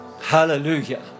Hallelujah